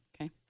Okay